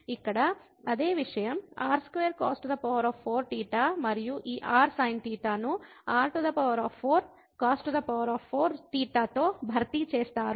ఇక్కడ అదే విషయం r2cos4θ మరియు ఈ rsinθ ను r4cos4θ తో భర్తీ చేస్తారు